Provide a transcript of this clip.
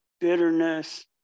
bitterness